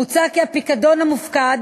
מוצע כי הפיקדון המופקד